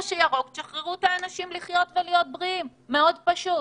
ובמקום ירוק תשחררו את האנשים לחיות ולהיות בריאים זה מאוד פשוט.